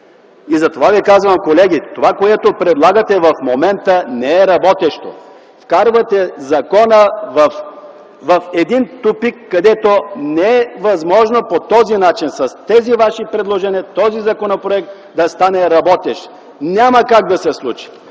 затова Ви казвам, че това, което предлагате в момента, не е работещо. Вкарвате закона в един тупик, където не е възможно по този начин, с тези ваши предложения, този законопроект да стане работещ. Няма как да се случи!